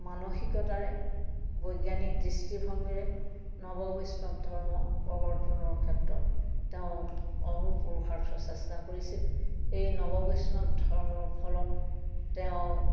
মানসিকতাৰে বৈজ্ঞানিক দৃষ্টিভংগীৰে নৱবৈষ্ণৱ ধৰ্ম প্ৰৱৰ্তনৰ ক্ষেত্ৰত তেওঁ অহোপুৰুষাৰ্থ চেষ্টা কৰিছিল এই নৱ বৈষ্ণৱ ধৰ্মৰ ফলত তেওঁ